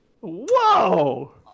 Whoa